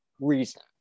reason